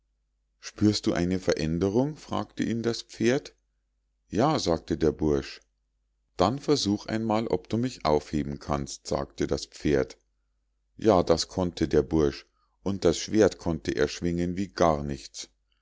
du eine veränderung fragte ihn das pferd ja sagte der bursch dann versuch einmal ob du mich aufheben kannst sagte das pferd ja das konnte der bursch und das schwert konnte er schwingen wie gar nichts